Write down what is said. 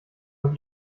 mit